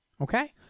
okay